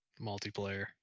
Multiplayer